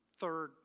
third